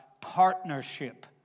partnership